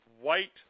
white